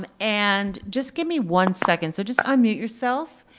um and just give me one second. so just unmute yourself,